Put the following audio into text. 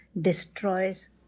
destroys